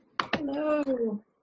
hello